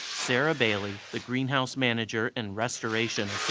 sarah bailey, the greenhouse manager and restoration